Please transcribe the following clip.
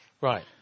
Right